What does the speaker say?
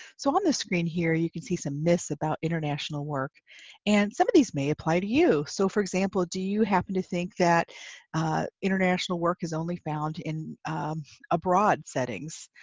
so on the screen here you can see some myths about international work and some of these may apply to you so, for example, do you happen to think that international work is only found in abroad settings?